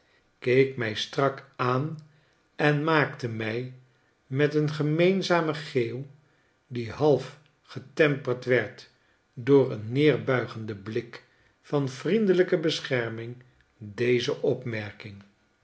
keek mij strak aan en maakte mij met een gemeenzamen geeuw die half getemperd werd door een nederbuigenden blik van vriendelijkebescherming dezeopmerking